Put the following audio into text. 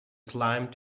climbed